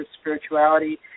spirituality